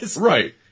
right